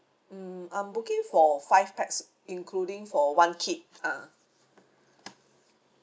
mm I'm booking for five pax including for one kid ah